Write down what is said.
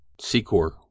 Secor